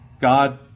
God